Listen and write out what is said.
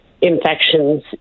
infections